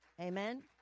Amen